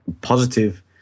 positive